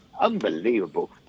Unbelievable